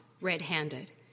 red-handed